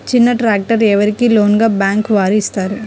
చిన్న ట్రాక్టర్ ఎవరికి లోన్గా బ్యాంక్ వారు ఇస్తారు?